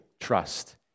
trust